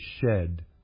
shed